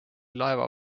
laeva